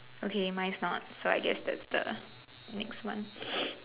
okay mine is not so I guess that's the next one